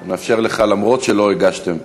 אני מאפשר לך למרות שלא הגשתם.